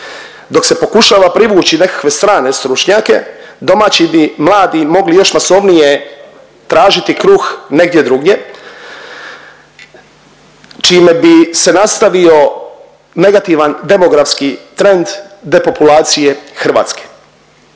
Dok se pokušava privući nekakve strane stručnjake, domaći bi mladi mogli još masovnije tražiti kruh negdje drugdje čime bi se nastavio negativni demografski trend depopulacije Hrvatske.